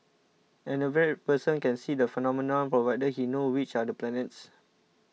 an average person can see the phenomenon provided he knows which are the planets